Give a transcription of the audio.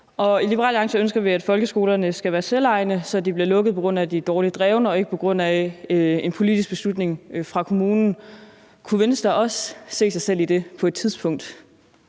I Liberal Alliance ønsker vi, at folkeskolerne skal være selvejende, så de bliver lukket, på grund af at de er dårligt drevne og ikke på grund af en politisk beslutning fra kommunen. Kunne Venstre også se sig selv i det på et tidspunkt?